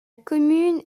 commune